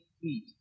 feet